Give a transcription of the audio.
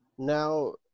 Now